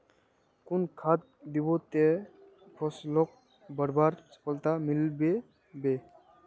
कुन खाद दिबो ते फसलोक बढ़वार सफलता मिलबे बे?